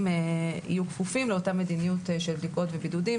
יהיו כפופים לאותה מדיניות של בדיקות ובידודים.